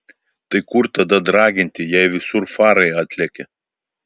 tai kur tada draginti jei visur farai atlekia